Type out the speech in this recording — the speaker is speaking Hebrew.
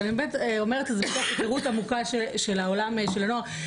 ואני אומרת את זה מתוך הכרות עמוקה של העולם של הנוער,